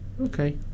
Okay